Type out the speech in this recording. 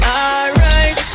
alright